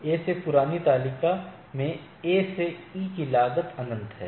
A की पुरानी तालिका में A से E की लागत अनंत है